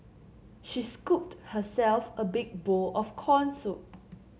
she scooped herself a big bowl of corn soup